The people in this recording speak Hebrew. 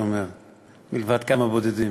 מלבד כמה בודדים,